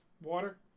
Water